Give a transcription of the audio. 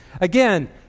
again